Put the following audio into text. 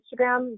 instagram